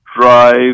drive